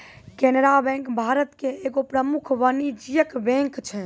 Canara bank Bharat के एगो प्रमुख वाणिज्यिक बैंक छै